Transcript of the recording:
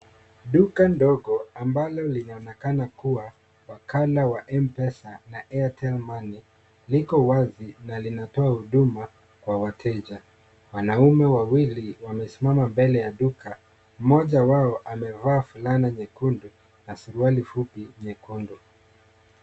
Duka ndogo ambalo linaonekana kuwa wakala ya Mpesa na Airtel Money liko wazi na linatoa huduma kwa wateja, wanaume wawili wamesimama mbele ya duka, mmoja wao amevaa fulana nyekundu na suruali fupi nyekundu.